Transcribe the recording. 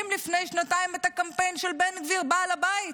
לפני שנתיים את הקמפיין של בן גביר בעל הבית?